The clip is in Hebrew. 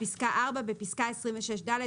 " (4)בפסקה (26ד),